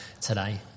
today